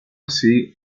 así